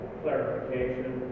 clarification